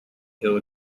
hill